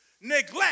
neglect